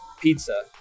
pizza